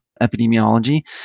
epidemiology